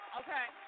okay